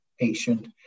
patient